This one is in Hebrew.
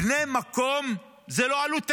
בני מקום הם לא עלות תקציבית.